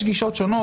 יש גישות שונות,